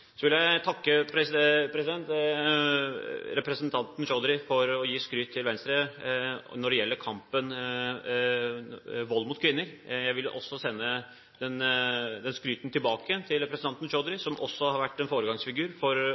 Så vil jeg takke representanten Chaudhry for å gi skryt til Venstre når det gjelder å bekjempe vold mot kvinner. Jeg vil sende det skrytet tilbake til representanten Chaudhry, som også har vært en foregangsfigur for